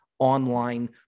Online